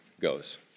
goes